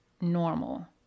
normal